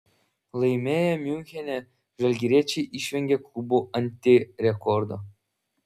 laimėję miunchene žalgiriečiai išvengė klubo antirekordo